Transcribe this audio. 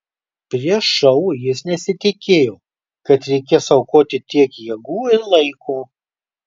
prieš šou jis nesitikėjo kad reikės aukoti tiek jėgų ir laiko